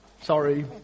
sorry